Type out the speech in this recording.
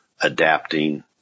adapting